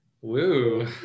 Woo